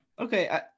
okay